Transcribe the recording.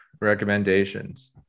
recommendations